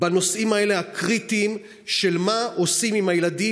בנושאים הקריטיים האלה של מה עושים עם הילדים,